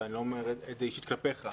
ואני לא אומר את זה אישית כלפיך,